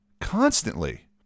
constantly